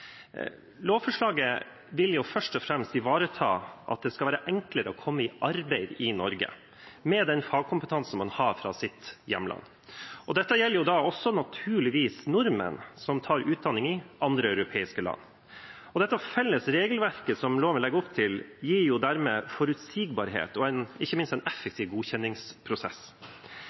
Lovforslaget vil først og fremst ivareta at det skal være enklere å komme i arbeid i Norge med den fagkompetansen som man har fra sitt hjemland. Dette gjelder naturligvis også nordmenn som tar utdanning i andre europeiske land. Det felles regelverket som loven legger opp til, gir dermed forutsigbarhet og ikke minst en effektiv godkjenningsprosess.